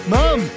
Mom